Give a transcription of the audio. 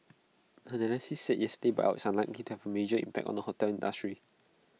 analysts said yesterday's buyout is unlikely to have A major impact on the hotel industry